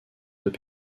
deux